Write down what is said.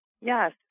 Yes